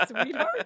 sweetheart